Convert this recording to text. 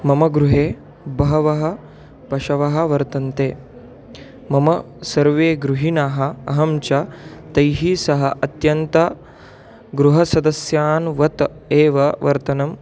मम गृहे बहवः पशवः वर्तन्ते मम सर्वे गृहीणाः अहं च तैः सह अत्यन्तं गृहसदस्यान् वत् एव वर्तनं